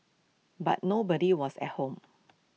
but nobody was at home